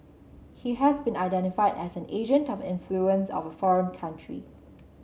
he has been identified as an agent of influence of foreign country